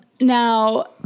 now